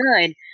good